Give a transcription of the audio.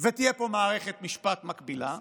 ותהיה פה מערכת משפט מקבילה,